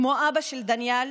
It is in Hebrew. כמו אבא של דניאל,